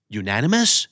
unanimous